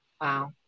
Wow